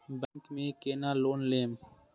Bank में केना loan लेम?